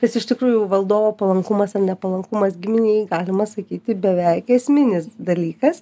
nes iš tikrųjų valdovo palankumas ar nepalankumas giminei galima sakyti beveik esminis dalykas